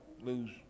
lose